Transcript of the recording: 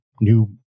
new